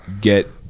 get